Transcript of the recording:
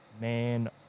man